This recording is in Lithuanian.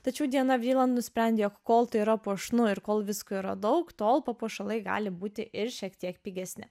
tačiau diana vriland nusprendė kol tai yra puošnu ir kol visko yra daug tol papuošalai gali būti iš šiek tiek pigesni